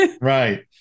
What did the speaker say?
right